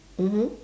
mmhmm